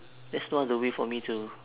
there's no other way for me to